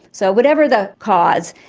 so whatever the cause,